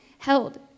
Held